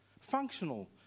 functional